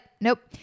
Nope